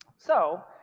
so